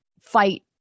fight